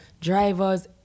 drivers